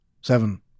Seven